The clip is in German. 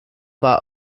war